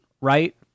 right